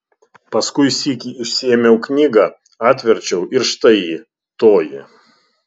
paskui sykį išsiėmiau knygą atverčiau ir štai ji toji